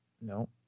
no